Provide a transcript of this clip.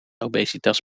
obesitas